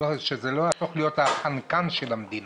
ושזה לא יהפוך להיות החנקן של המדינה.